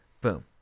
Boom